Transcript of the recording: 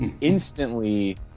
instantly